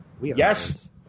Yes